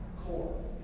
core